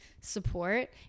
support